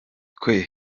twe